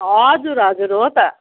हजुर हजुर हो त